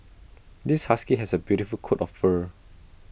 this husky has A beautiful coat of fur